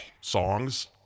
Songs